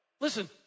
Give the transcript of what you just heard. Listen